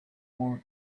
more